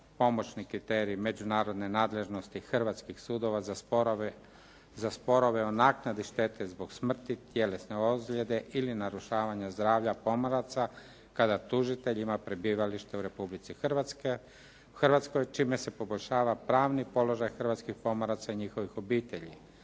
pomoćni kriterij međunarodne nadležnosti hrvatskih sudova za sporove o naknadi štete zbog smrti, tjelesne ozljede ili narušavanja zdravlja pomoraca kada tužitelj ima prebivalište u Republici Hrvatskoj čime se poboljšava pravni položaj hrvatskih pomoraca i njihovih obitelji.